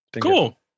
Cool